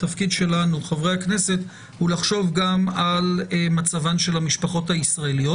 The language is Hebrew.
התפקיד שלנו חברי הכנסת הוא לחשוב על מצבן של המשפחות הישראליות,